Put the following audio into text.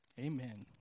Amen